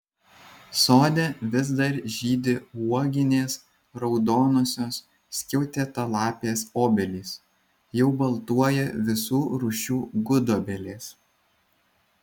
sode vis dar žydi uoginės raudonosios skiautėtalapės obelys jau baltuoja visų rūšių gudobelės